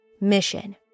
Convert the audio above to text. mission